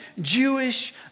Jewish